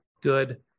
good